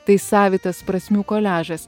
tai savitas prasmių koliažas